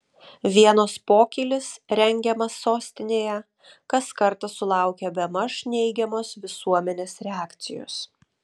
vienos pokylis rengiamas sostinėje kas kartą sulaukia bemaž neigiamos visuomenės reakcijos